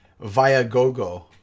Viagogo